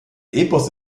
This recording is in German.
epos